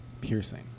piercing